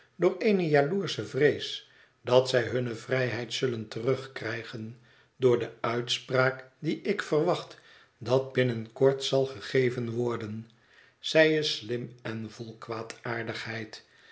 door eene jaloersche vrees dat zij hunne vrijheid zullen terug krijgen door de uitspraak die ik verwacht dat binnen kort zal gegeven worden zij is slim en